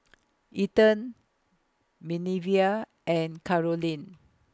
Ethen Minervia and Karolyn